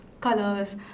colors